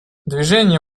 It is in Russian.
движение